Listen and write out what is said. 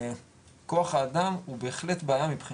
כוח האדם הוא בהחלט בעיה מבחינתנו,